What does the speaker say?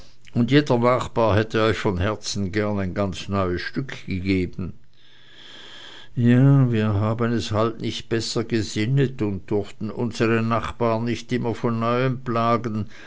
und jeder nachbar hätte euch von herzen gerne ein ganz neues stück gegeben ja wir haben es halt nicht besser gsinnet und durften unsere nachbaren nicht immer von neuem plagen